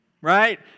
right